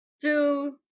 two